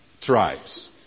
tribes